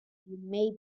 may